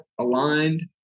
aligned